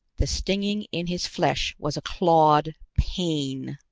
the stinging in his flesh was a clawed pain.